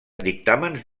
dictàmens